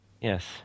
Yes